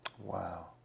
Wow